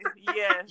Yes